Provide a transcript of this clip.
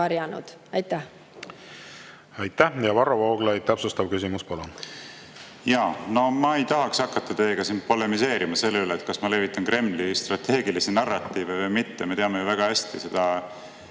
küsimus! Aitäh! Ja Varro Vooglaid, täpsustav küsimus! Ma ei tahaks hakata teiega siin polemiseerima selle üle, et kas ma levitan Kremli strateegilisi narratiive või mitte. Me teame ju väga hästi seda